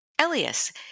Elias